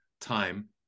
time